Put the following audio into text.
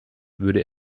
würde